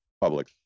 public